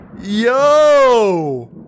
Yo